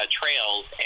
trails